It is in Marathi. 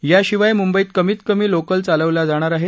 याशिवाय मुंबईत कमीत कमी लोकल चालविल्या जाणार आहेत